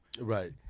right